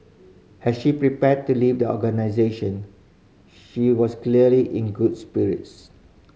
as she prepared to leave the organisation she was clearly in good spirits